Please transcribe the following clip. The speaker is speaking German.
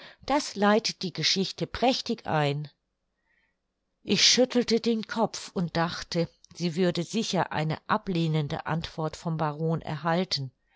das leitet die geschichte prächtig ein ich schüttelte den kopf und dachte sie würde sicher eine ablehnende antwort vom baron erhalten